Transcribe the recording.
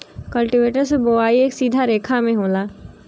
cultivator से बोवाई एक सीधा रेखा में होला